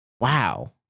Wow